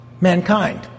mankind